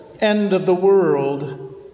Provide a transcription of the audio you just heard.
end-of-the-world